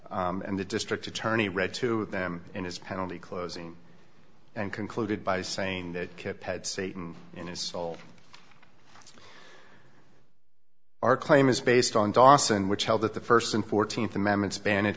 and the district attorney read to them in his penalty closing and concluded by saying that kip had satan in his soul our claim is based on dawson which held that the first and fourteenth amendment spanish